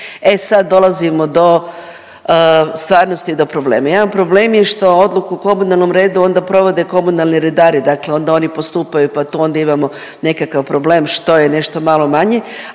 E sad dolazimo do stvarnosti, do problema. Jedan problem je što odluku o komunalnom redu onda provode komunalni redari, dakle ona oni postupaju pa tu onda imamo nekakav problem što je nešto malo manji,